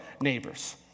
neighbors